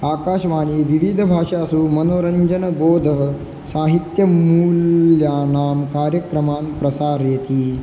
आकाशवाणी विविधभाषासु मनोरञ्जनबोधः साहित्यमूल्यानां कार्यक्रमान् प्रसारयति